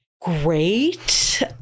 great